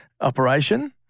operation